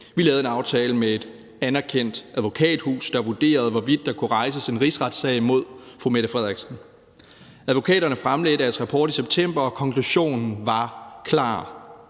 Vi lavede en aftale med et anerkendt advokathus, der vurderede, hvorvidt der kunne rejses en rigsretssag mod statsministeren. Advokaterne fremlagde deres rapport i september, og konklusionen var klar: